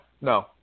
no